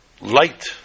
light